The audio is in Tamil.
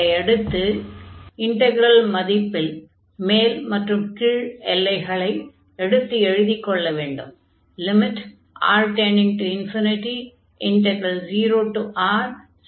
அதையடுத்து இன்டக்ரல் மதிப்பில் மேல் மற்றும் கீழ் எல்லைகளை எடுத்து எழுதிக் கொள்ள வேண்டும்